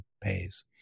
pays